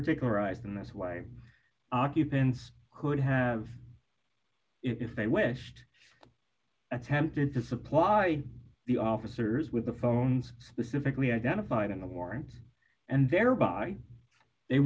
particularized and that's why occupants could have if they wished attempted to supply the officers with the phones specifically identified in the warrant and thereby they